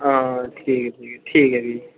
हां ठीक ऐ ठीक ऐ ठीक ऐ जी